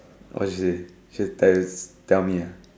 what she say she dares tell me ah